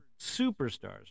superstars